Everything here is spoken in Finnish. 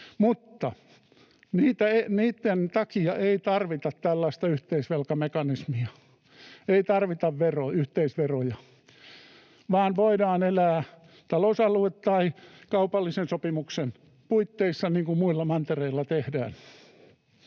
mutta niitten takia ei tarvita tällaista yhteisvelkamekanismia, ei tarvita yhteisveroja, vaan voidaan elää talousalue- tai kaupallisen sopimuksen puitteissa niin kuin muilla mantereilla tehdään,